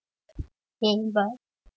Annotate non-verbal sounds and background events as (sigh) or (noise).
(unintelligible)